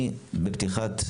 אני בפתיחת,